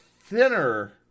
thinner